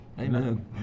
Amen